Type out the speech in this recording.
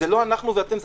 זה לא אנחנו ואתם,